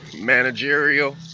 managerial